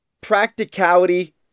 practicality